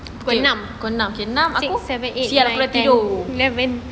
okay enam okay aku sia aku dah tidur